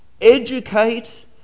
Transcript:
educate